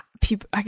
people